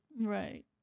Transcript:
Right